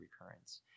recurrence